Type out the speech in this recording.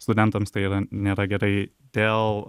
studentams tai yra nėra gerai dėl